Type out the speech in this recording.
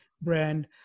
brand